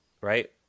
right